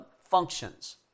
functions